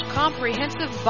comprehensive